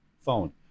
phone